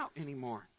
anymore